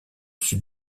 sud